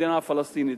מדינה פלסטינית?